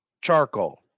Charcoal